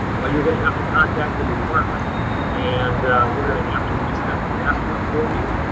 well you're going to have to contact the department and we're going to have to reset the password for you.